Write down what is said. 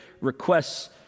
requests